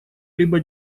либо